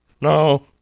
no